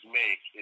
make